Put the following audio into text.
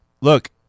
look